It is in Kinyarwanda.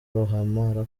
arapfa